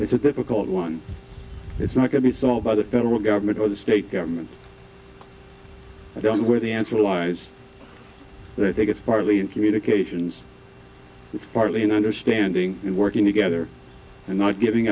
it's a difficult one it's not going to be solved by the federal government or the state government i don't know where the answer lies but i think it's partly in communications it's partly an understanding and working together and not giving